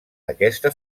aquesta